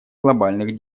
глобальных